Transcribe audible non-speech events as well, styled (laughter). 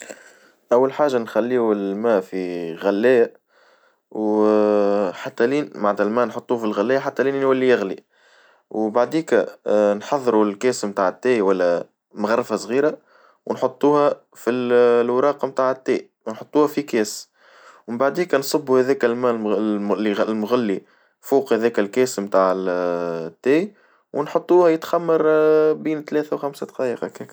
أول حاجة نخليو الماء في غلاية، وحتى لين بعد أملاه نحطوه في الغلاية حتى لين يولي يغلي وبعديكا (hesitation) نحظرو الجسم نتاع التي ولا مغرفة صغيرة، ونحطوها في الوراق متاع التي ونحطوها في أكياس، بعد هيكا نصبو هذاكا الماء الم- المغ- المغلي فوق هذاك الكيس متاع التي ونحطوها يتخمر بين ثلاث لخمس دقائق هكيك.